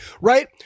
right